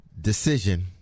decision